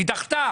היא דחתה.